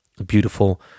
beautiful